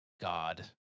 God